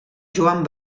joan